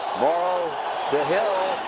morrall to hill.